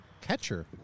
catcher